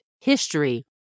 history